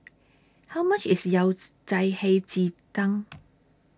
How much IS Yao Cai Hei Ji Tang